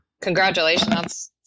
Congratulations